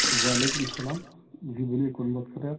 وعلیکم السّلام جی بولیے کون بات کر رہے آپ